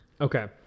Okay